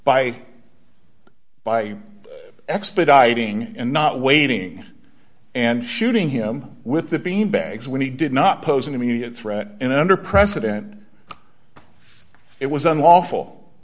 by by expediting and not waiting and shooting him with the beanbags when he did not pose an immediate threat and under president it was unlawful